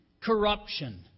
corruption